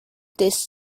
this